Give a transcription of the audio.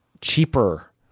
cheaper